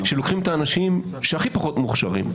לוקחים את האנשים הכי פחות מוכשרים,